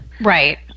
Right